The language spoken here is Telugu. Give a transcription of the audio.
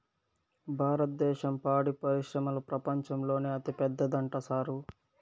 భారద్దేశం పాడి పరిశ్రమల ప్రపంచంలోనే అతిపెద్దదంట సారూ